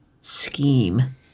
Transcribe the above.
scheme